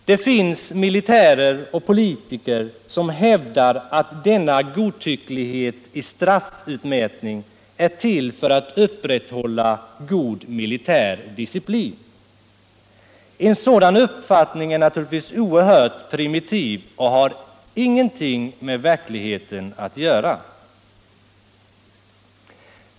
Det finns militärer och politiker som hävdar att denna godtycklighet i straffutmätning är till för att upprätthålla god militär disciplin. En sådan uppfattning är naturligtvis oerhört primitiv och har ingenting med verkligheten att göra.